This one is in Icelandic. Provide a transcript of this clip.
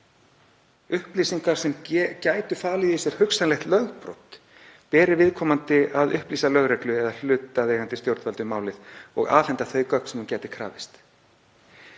upplýsingar sem gætu falið í sér hugsanlegt lögbrot, beri viðkomandi að upplýsa lögreglu eða hlutaðeigandi stjórnvald um málið og afhenda þau gögn sem hún gæti krafist.